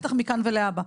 בטח מכאן ולהבא.